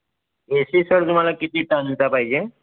ए C sir तुम्हाला किती टनचा पाहिजे